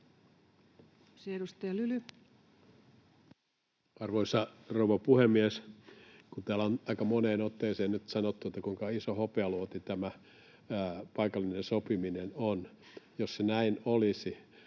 Arvoisa rouva puhemies! Kun täällä on aika moneen otteeseen nyt sanottu, kuinka iso hopealuoti tämä paikallinen sopiminen on, niin jos se näin olisi,